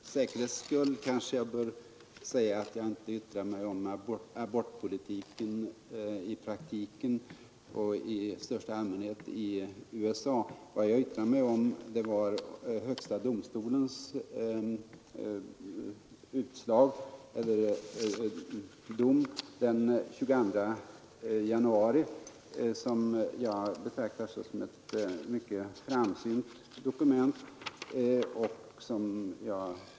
Fru talman! För säkerhets skull kanske jag bör säga att jag inte yttrat mig om abortpolitiken i praktiken och abortpolitiken i största allmänhet i USA. Vad jag yttrade mig om var högsta domstolens dom den 22 januari i år, som jag betraktar såsom ett mycket framsynt dokument.